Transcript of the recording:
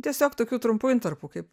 tiesiog tokių trumpų intarpų kaip